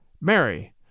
Mary